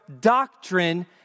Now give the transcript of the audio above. doctrine